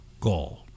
goal